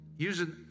Using